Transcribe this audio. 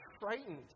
frightened